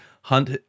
hunt